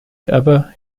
abba